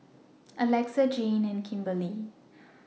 Alexa Jayne and Kimberely